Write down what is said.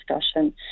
discussion